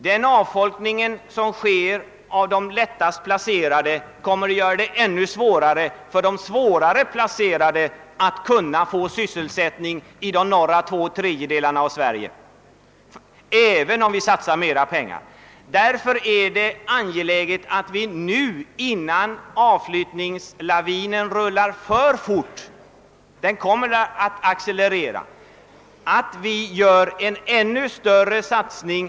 Denna avfolkning som gäller de lättast placerade kommer att göra det ännu svårare för de svårplacerade att finna sysselsättning i de norra två tredjedelarna av Sverige, även om vi satsar mer pengar. Avfolkningen kommer att accelerera. Det är därför angeläget att vi nu, innan avflyttningslavinen rullar alltför fort, gör. en ännu större satsning.